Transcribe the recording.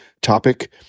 topic